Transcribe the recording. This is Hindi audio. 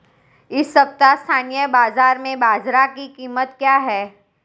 इस सप्ताह स्थानीय बाज़ार में बाजरा की कीमत क्या है?